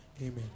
Amen